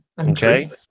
Okay